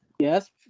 Yes